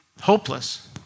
Hopeless